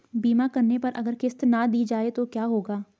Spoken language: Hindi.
बीमा करने पर अगर किश्त ना दी जाये तो क्या होगा?